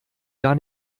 gar